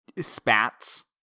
spats